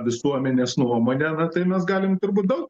visuomenės nuomonę tai mes galim turbūt daug